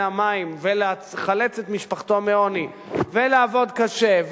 המים ולחלץ את משפחתו מעוני ולעבוד קשה,